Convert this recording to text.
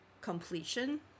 completion